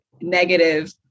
negative